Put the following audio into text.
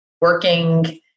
working